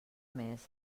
més